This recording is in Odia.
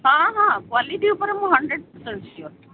ହଁ ହଁ କ୍ୱାଲିଟି ଉପରେ ମୁଁ ହଣ୍ଡ୍ରେଡ଼ ପରସେଣ୍ଟ ସିଓର୍